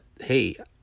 hey